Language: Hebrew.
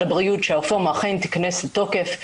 הבריאות שהרפורמה אכן תיכנס לתוקף,